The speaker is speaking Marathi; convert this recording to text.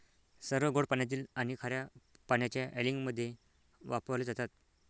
सर्व गोड पाण्यातील आणि खार्या पाण्याच्या अँलिंगमध्ये वापरले जातात